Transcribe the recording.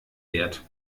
wert